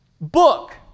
book